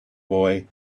boy